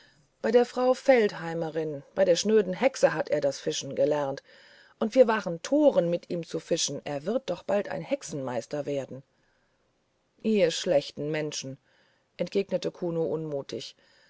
bei der frau feldheimerin bei der schnöden hexe hat er das fischen gelernt und wir waren toren mit ihm zu fischen er wird doch bald hexenmeister werden ihr schlechten menschen entgegnete kuno unmutig